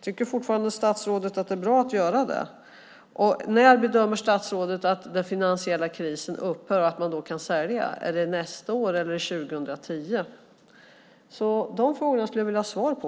Tycker statsrådet fortfarande att det är bra att göra det? När bedömer statsrådet att den finansiella krisen upphör så att man kan sälja? Är det nästa år eller 2010? De frågorna skulle jag vilja ha svar på.